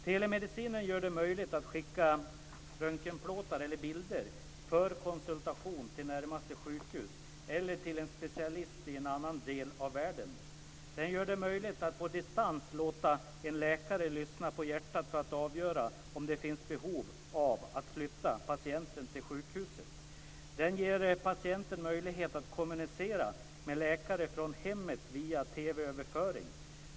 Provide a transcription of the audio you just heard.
Telemedicinen gör det möjligt att skicka röntgenplåtar eller bilder till närmaste sjukhus för konsultation eller till en specialist i en annan del av världen. Den gör det möjligt att låta en läkare på distans lyssna på ett hjärta för att avgöra om det finns behov av att flytta patienten till sjukhuset. Den ger patienten möjlighet att från hemmet kommunicera med läkare via teleöverföring.